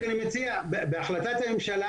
בהחלטת הממשלה